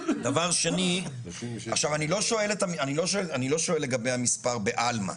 דבר שני, אני לא שואל לגבי המספר בעלמא.